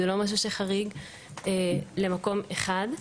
זה לא משהו שחריג למקום אחד.